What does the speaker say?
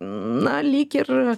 na lyg ir